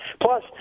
plus